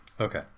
okay